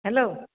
hello